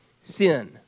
sin